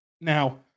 Now